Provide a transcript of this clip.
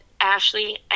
Ashley